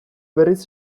berriz